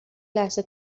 لحظه